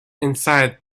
inside